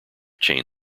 chain